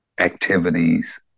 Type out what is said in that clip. activities